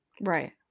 Right